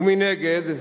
ומנגד,